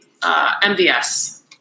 MVS